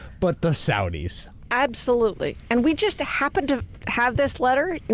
but the saudis. absolutely. and we just happen to have this letter,